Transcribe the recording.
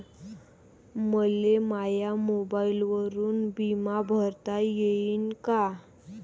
मले माया मोबाईलवरून बिमा भरता येईन का?